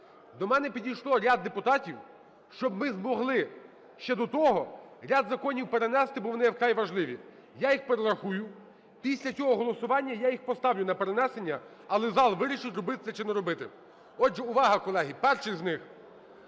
До мене підійшло ряд депутатів, щоб ми змогли ще до того ряд законів перенести, бо вони є вкрай важливі. Я їх перерахую. Після цього голосування я їх поставлю на перенесення, але зал вирішить, робити чи не робити. Отже, увага, колеги! Перший з них –